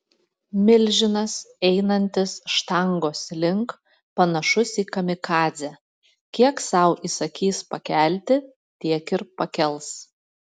milžinas einantis štangos link panašus į kamikadzę kiek sau įsakys pakelti tiek ir pakels